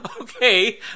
Okay